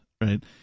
right